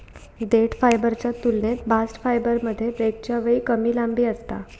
देठ फायबरच्या तुलनेत बास्ट फायबरमध्ये ब्रेकच्या वेळी कमी लांबी असता